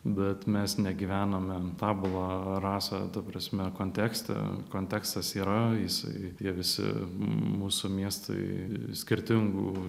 bet mes negyvename tabula rasa ta prasme kontekste kontekstas yra jisai tie visi mūsų miestui skirtingu